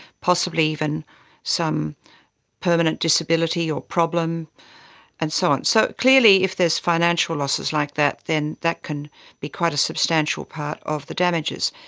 possibly even some permanent disability or problem and so on. so, clearly if there is financial losses like that, then that can be quite a substantial part of the damages.